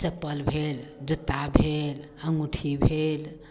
चप्पल भेल जूता भेल अँगुठी भेल